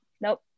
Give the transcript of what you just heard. nope